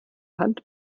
hand